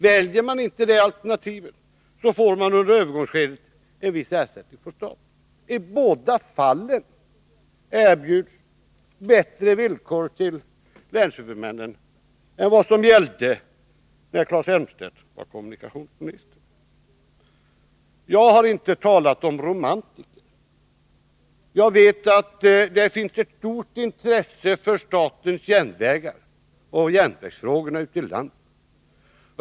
Väljer man inte det alternativet får man under övergångsskedet en viss ersättning från staten. I båda fallen erbjuds bättre villkor till länshuvudmännen än vad som gällde när Claes Elmstedt var kommunikationsminister. Jag har inte talat om romantiker. Jag vet att det finns ett stort intresse ute i landet för statens järnvägar och järnvägsfrågorna.